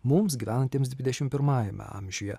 mums gyvenantiems dvidešimt pirmajame amžiuje